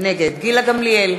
נגד גילה גמליאל,